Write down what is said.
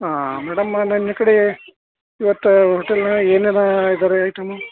ಹಾಂ ಮೇಡಮ್ ನಿನ್ನ ಕಡೆ ಇವತ್ತು ಹೋಟೆಲಿನಾಗೆ ಏನೆಲ್ಲ ಇದ್ದಾವೆ ಐಟಮು